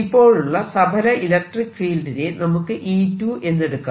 ഇപ്പോഴുള്ള സഫല ഇലക്ട്രിക്ക് ഫീൽഡിനെ നമുക്ക് E 2 എന്നെടുക്കാം